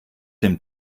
dem